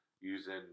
using